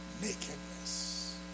Nakedness